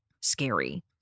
scary